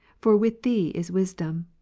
for with thee is wisdom.